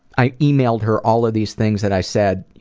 i emailed her all of these things that i said, you